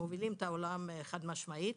מובילים את העולם, חד משמעית.